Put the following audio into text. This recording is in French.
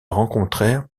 rencontrèrent